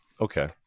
okay